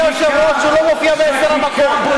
אדוני היושב-ראש, הוא לא מופיע בעשר המכות.